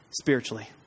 spiritually